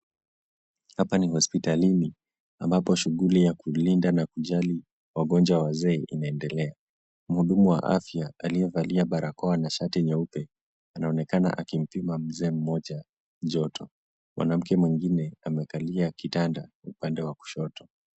Hapa ni hospitalini ambapo shughuli ya kulinda na kujali wagonjwa wazee inaendelea. Mhudumu wa afya aliyevalia barakoa na shati nyeupe anaonekana akimpima mzee mmoja, joto. Mwanamke mwingine amekalia kitanda upande wa kushoto.